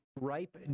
ripe